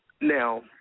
Now